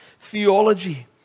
theology